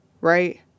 right